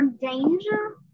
danger